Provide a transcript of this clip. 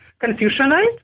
Confucianized